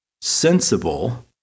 sensible